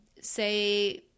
say